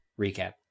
recap